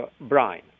brine